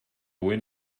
win